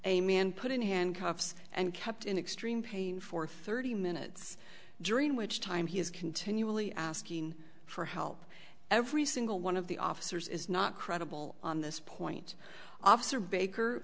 man put in handcuffs and kept in extreme pain for thirty minutes during which time he is continually asking for help every single one of the officers is not credible on this point officer baker